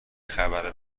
خبر